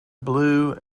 blue